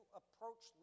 approach